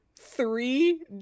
three